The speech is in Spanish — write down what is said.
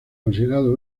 considerado